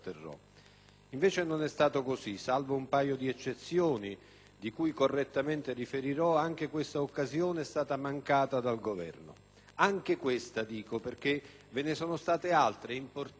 invece no! Salvo un paio di eccezioni, di cui correttamente riferirò, anche questa occasione è stata mancata dal Governo. Anche questa, dico, perché ve ne sono state altre, importanti